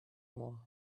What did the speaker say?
more